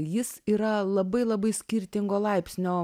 jis yra labai labai skirtingo laipsnio